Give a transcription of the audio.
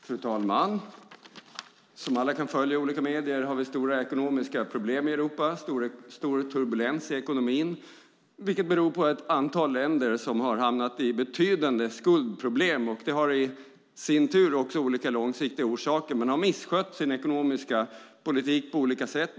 Fru talman! Som alla kan följa i olika medier har vi stora ekonomiska problem i Europa. Det är stor turbulens i ekonomin, vilket beror på ett antal länder som har hamnat i betydande skuldproblem. Det har i sin tur också olika långsiktiga orsaker. Man har misskött sin ekonomiska politik på olika sätt.